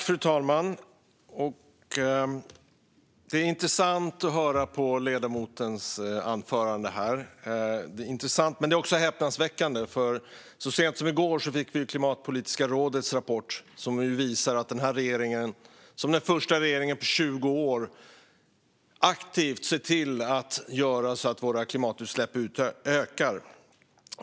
Fru talman! Det är intressant att höra ledamotens anförande här, men det är också häpnadsväckande. Så sent som i går fick vi Klimatpolitiska rådets rapport som visar att denna regering, som den första regeringen på 20 år, aktivt ser till att göra så att våra klimatutsläpp ökar.